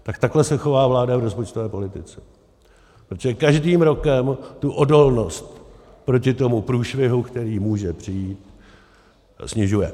Tak takhle se chová vláda v rozpočtové politice, protože každým rokem tu odolnost proti tomu průšvihu, který může přijít, snižuje.